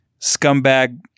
scumbag